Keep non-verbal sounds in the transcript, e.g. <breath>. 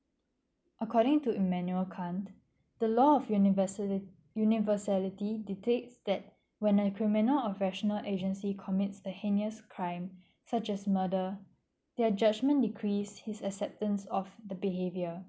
according to Immanuel kant the law of universa~ universality dictates that when a criminal of rational agency commits a heinous crime <breath> such as murder their judgement decrease his acceptance of the behaviour